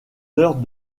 heures